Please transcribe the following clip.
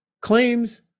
claims